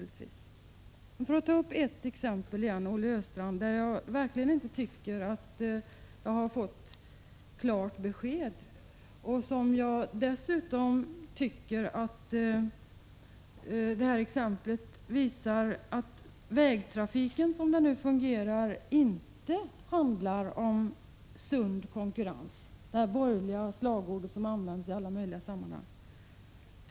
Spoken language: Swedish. Jag vill ta upp ett exempel igen där jag verkligen inte tycker att jag fått klart besked. Det exemplet visar dessutom att vägtrafiken, som den nu fungerar, inte handlar om sund konkurrens — detta borgerliga slagord som används i alla möjliga sammanhang.